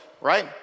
Right